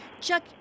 Chuck